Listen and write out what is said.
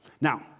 Now